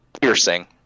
Piercing